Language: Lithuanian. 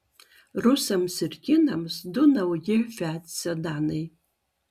rusams ir kinams du nauji fiat sedanai